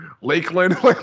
Lakeland